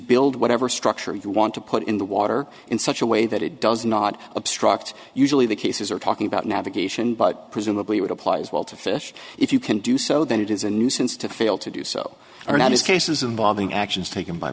build whatever structure you want to put in the water in such a way that it does not obstruct usually the cases are talking about navigation but presumably would apply as well to fish if you can do so then it is a nuisance to fail to do so or not is cases involving actions taken by